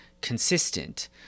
consistent